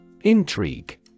INTRIGUE